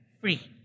free